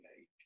age